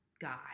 guy